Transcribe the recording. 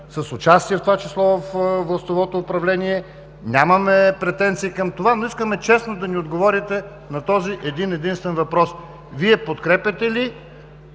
с участие в това число във властовото управление. Нямаме претенции към това, но искаме честно да ни отговорите на този един-единствен въпрос: Вие подкрепяте ли